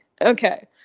Okay